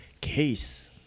case